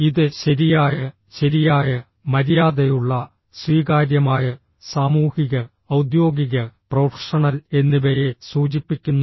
ഇത് ശരിയായ ശരിയായ മര്യാദയുള്ള സ്വീകാര്യമായ സാമൂഹിക ഔദ്യോഗിക പ്രൊഫഷണൽ എന്നിവയെ സൂചിപ്പിക്കുന്നു